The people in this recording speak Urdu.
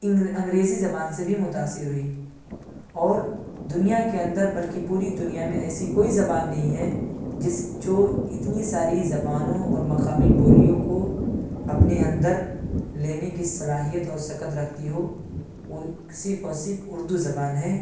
انگر انگریزی زبان سے بھی متاثر ہوئی اور دنیا کے اندر بلکہ پوری دنیا میں ایسی کوئی زبان نہیں ہے جس جو اتنی ساری زبانوں اور مقامی بولیوں کو اپنے اندر لینے کی صلاحیت اور سکت رکھتی ہو وہ ایک صرف اور صرف اردو زبان ہے